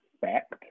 fact